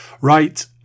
Right